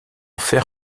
fer